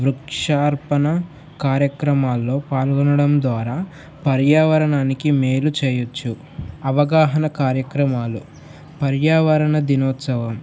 వృక్షార్పణ కార్యక్రమాల్లో పాల్గొనడం ద్వారా పర్యావరణానికి మేలు చేయవచ్చు అవగాహన కార్యక్రమాలు పర్యావరణ దినోత్సవం